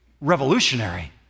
revolutionary